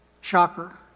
Shocker